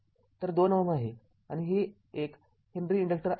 तर २ Ω आहे आणि हे एक हेनरी इन्डक्टर आहे